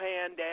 Hand